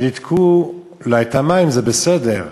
שניתקו לה את המים, זה בסדר,